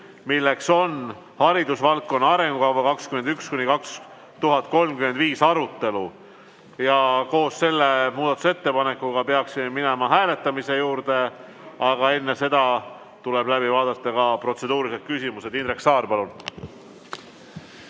haridusvaldkonna arengukava 2021–2035 arutelu. Koos selle muudatusettepanekuga peaksime minema hääletamise juurde, aga enne seda tuleb läbi vaadata ka protseduurilised küsimused. Indrek Saar, palun!